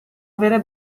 avere